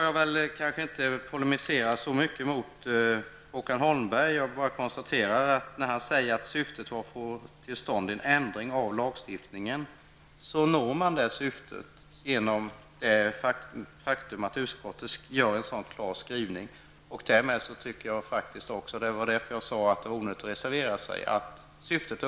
Jag skall inte polemisera mot Håkan Holmberg utan konstaterar bara följande med anledning av hans påstående att syftet var att så småningom få till stånd en ändring av lagen: Det syftet når man genom att ansluta sig till utskottets klara skrivning. Syftet är alltså uppnått, och det var därför jag sade att det var onödigt att reservera sig.